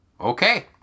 Okay